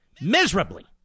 Miserably